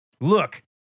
look